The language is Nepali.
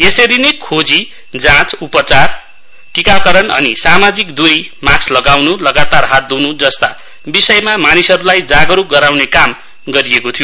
यसरी नै खोजी जाँच उपचार टीकाकरण अनि सामाजिक दूरी मास्क लगाउन् लगातार हात धुनु जस्ता विषयमा मानिसहरूलाई जागरूक गराउने काम गरिएको थियो